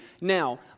Now